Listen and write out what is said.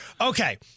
Okay